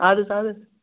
اَدٕ حظ اَدٕ حظ